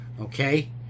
Okay